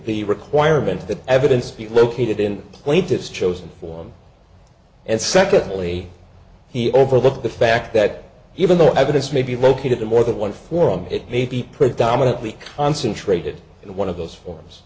the requirement that evidence be located in plaintiff's chosen form and secondly he overlooked the fact that even though evidence may be located in more than one forum it may be predominantly concentrated in one of those forms